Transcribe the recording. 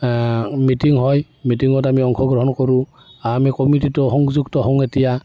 meeting হয় মিটিঙত আমি অংশগ্ৰহণ কৰোঁ আমি কমিটিতো সংযুক্ত হওঁ এতিয়া